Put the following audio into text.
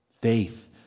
Faith